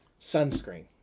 Sunscreen